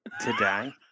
Today